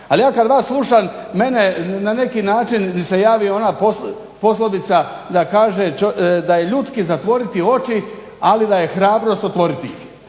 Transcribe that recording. Ali ja kad vas slušam mene na neki način mi se javi ona poslovica da kaže, da je ljudski zatvoriti oči, ali da je hrabrost otvoriti ih.